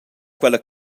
quella